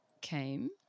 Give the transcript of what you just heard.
came